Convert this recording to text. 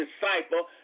disciple